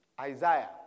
Isaiah